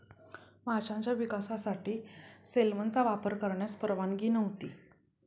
माशांच्या विकासासाठी सेलमनचा वापर करण्यास परवानगी नव्हती